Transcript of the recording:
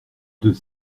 deux